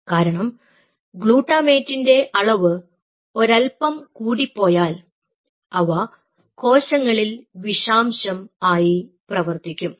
കാരണം ഗ്ലൂട്ടാമേറ്റിന്റെ അളവ് ഒരല്പം കൂടിപ്പോയാൽ അവ കോശങ്ങളിൽ വിഷാംശം ആയി പ്രവർത്തിക്കും